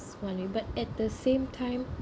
funny but at the same time